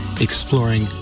Exploring